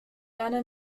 eine